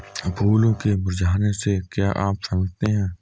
फूलों के मुरझाने से क्या आप समझते हैं?